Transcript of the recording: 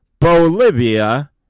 Bolivia